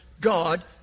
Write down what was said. God